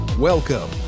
Welcome